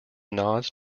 nods